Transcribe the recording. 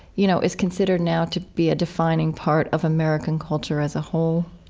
you know is considered now to be a defining part of american culture as a whole?